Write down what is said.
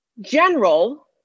general